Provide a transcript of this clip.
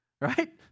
Right